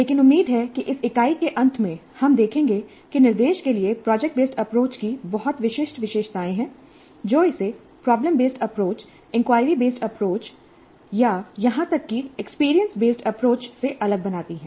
लेकिन उम्मीद है कि इस इकाई के अंत में हम देखेंगे कि निर्देश के लिए प्रोजेक्ट बेस्ड अप्रोच की बहुत विशिष्ट विशेषताएं हैं जो इसे problem based approach inquiry based approach या यहां तक कि एक्सपीरियंस बेस्ड अप्रोच से अलग बनाती हैं